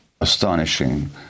astonishing